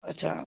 اَچھا